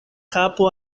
kapo